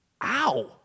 ow